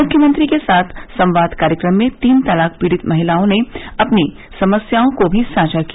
मुख्यमंत्री के साथ संवाद कार्यक्रम में तीन तलाक पीड़ित महिलाओं ने अपनी समस्याओं को भी साझा किया